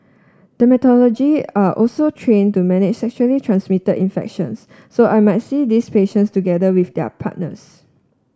dermatologist are also trained to manage sexually transmitted infections so I might see these patients together with their partners